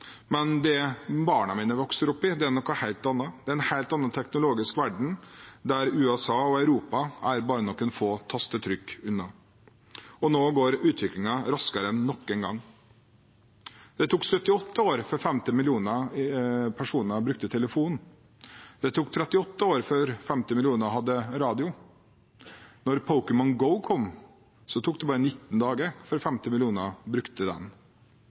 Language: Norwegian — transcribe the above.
Men det barna mine vokser opp i, er noe helt annet, det er en helt annen teknologisk verden, der USA og Europa er bare noen få tastetrykk unna. Nå går utviklingen raskere enn noen gang. Det tok 78 år før 50 millioner personer brukte telefonen. Det tok 38 år før 50 millioner hadde radio. Da Pokémon Go kom, tok det bare 19 dager før 50 millioner brukte den.